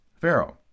Pharaoh